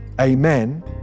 amen